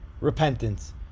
repentance